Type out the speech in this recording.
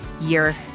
year